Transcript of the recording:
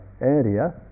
area